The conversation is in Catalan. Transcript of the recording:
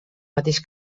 mateix